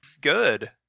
good